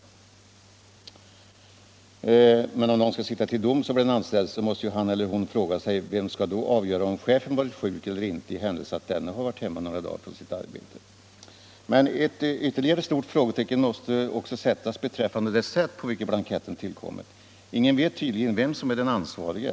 23 april 1976 Men om någon skall sitta till doms över den anställde måste ju han eller hon fråga sig: Vem skall då avgöra om chefen varit sjuk eller inte Om utformningen i händelse att denne är hemma några dagar från sitt arbete? av blankett rörande = Ett ytterligare stort frågetecken måste också sättas för det sätt på vilket statstjänstemäns blanketten tillkommit. Ingen vet tydligen vem som är den ansvarige.